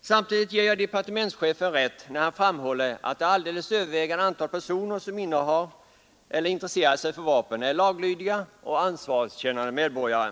Samtidigt ger jag departementschefen rätt, när han framhåller att det alldeles överväldigande antalet personer som innehar eller intresserar sig för vapen är laglydiga och ansvarskännande medborgare.